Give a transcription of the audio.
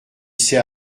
s’est